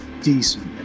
decent